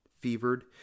fevered